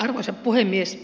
arvoisa puhemies